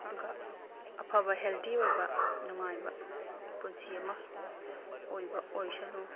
ꯑꯗꯨꯒ ꯑꯐꯕ ꯍꯦꯜꯗꯤ ꯑꯣꯏꯕ ꯅꯨꯡꯉꯥꯏꯕ ꯄꯨꯟꯁꯤ ꯑꯃ ꯑꯣꯏꯕ ꯑꯣꯏꯁꯅꯨ